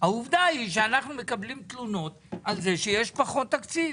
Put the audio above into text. העובדה היא שאנחנו מקבלים תלונות על זה שיש פחות תקציב